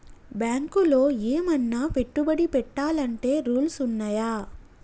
బ్యాంకులో ఏమన్నా పెట్టుబడి పెట్టాలంటే రూల్స్ ఉన్నయా?